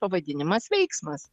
pavadinimas veiksmas